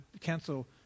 cancel